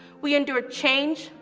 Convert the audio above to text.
we endured change,